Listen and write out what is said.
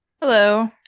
Hello